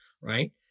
right